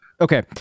Okay